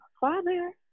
Father